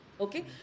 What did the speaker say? okay